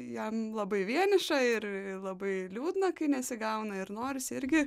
jam labai vieniša ir labai liūdna kai nesigauna ir norisi irgi